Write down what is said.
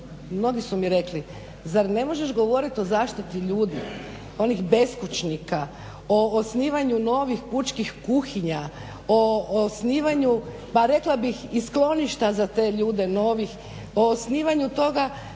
Mnogi su mi rekli zar ne možeš govorit o zaštiti ljudi, onih beskućnika, o osnivanju novih pučkih kuhinja, o osnivanju pa rekla bih i skloništa za te ljude novih, pa osnivanju toga